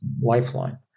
lifeline